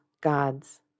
God's